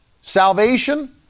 Salvation